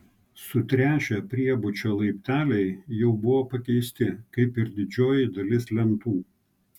sutręšę priebučio laipteliai jau buvo pakeisti kaip ir didžioji dalis lentų